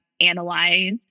analyze